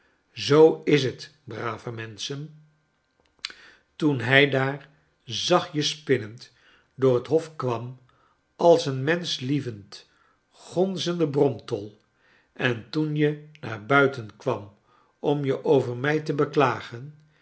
zoo is brave menschen toen hij daar zachtjes spinnend door het hof kwam als een menschlievend gonzende bromtol en toen je naar buiten kwam om je over mij te beklagen